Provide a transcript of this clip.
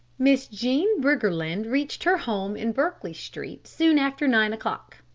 miss jean briggerland reached her home in berkeley street soon after nine o'clock.